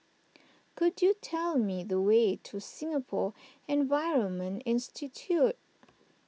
could you tell me the way to Singapore Environment Institute